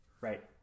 Right